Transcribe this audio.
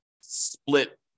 split